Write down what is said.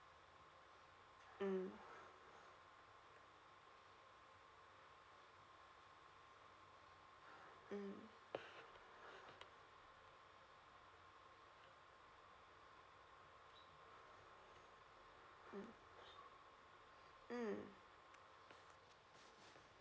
mm mm mm mm